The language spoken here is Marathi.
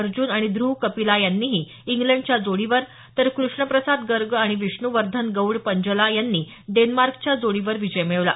अर्जुन आणि ध्रव कपिला यांनीही इंग्लडच्या जोडीवर तर कृष्ण प्रसाद गर्ग आणि विष्णू वर्धन गौड पंजला यांनी डेन्मार्कच्या जोडीवर विजय मिळवला